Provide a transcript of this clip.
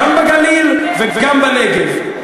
גם בגליל וגם בנגב,